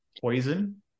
Poison